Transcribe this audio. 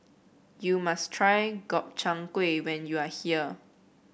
you must try Gobchang Gui when you are here